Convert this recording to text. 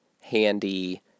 handy